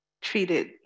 Treated